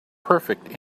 perfect